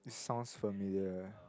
sounds familiar